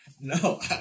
No